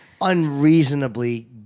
unreasonably